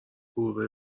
گربه